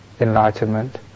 enlightenment